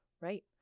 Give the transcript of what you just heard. right